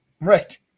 Right